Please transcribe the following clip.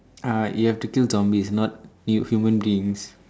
uh you have to kill zombies not hu~ human beings